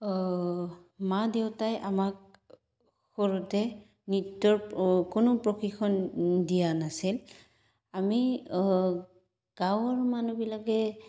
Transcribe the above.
মা দেউতাই আমাক সৰুতে নৃত্যৰ কোনো প্ৰশিক্ষণ দিয়া নাছিল আমি গাঁৱৰ মানুহবিলাকে